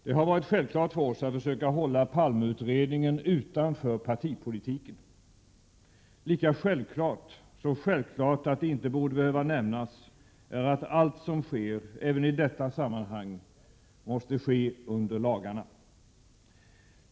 Det har varit självklart för oss att försöka hålla Palmeutredningen utanför partipolitiken. Lika självklart — så självklart att det inte borde behöva nämnas — är att allt som sker även i detta sammanhang måste ske under lagarna.